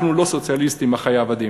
אנחנו לא סוציאליסטים, אחי העבדים,